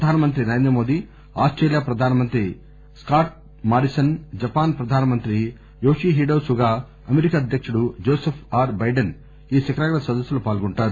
ప్రధానమంత్రి నరేంద్రమోదీ ఆస్టీలియా ప్రధాని Scott Morrison Japan ప్రధానమంత్రి యోషిహిడే సుగా అమెరికా అధ్యకుడు జోసిఫ్ ఆర్ బైడెన్ ఈ శిఖరాగ్ర సదస్పులో పాల్గొంటారు